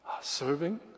serving